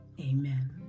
Amen